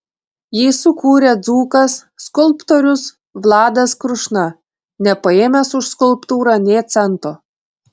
jį sukūrė dzūkas skulptorius vladas krušna nepaėmęs už skulptūrą nė cento